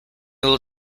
will